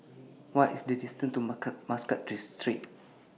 What IS The distance to Mark Muscat Street